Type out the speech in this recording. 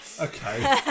Okay